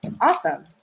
Awesome